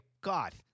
God